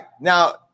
now